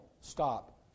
stop